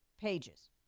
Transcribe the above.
Pages